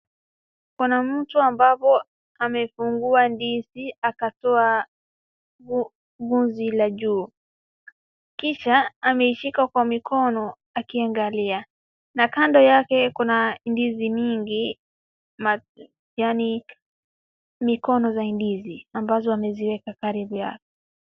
Kuna mtu ambapo amefungua ndizi akatoa guzi la juu, kisha ameishika kwa mikono akiangalia. Na kando yake kuna ndizi mingi yaani mikono za ndizi ambazo amezieka karibu yake.